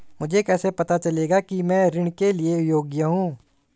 मुझे कैसे पता चलेगा कि मैं ऋण के लिए योग्य हूँ?